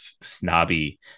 snobby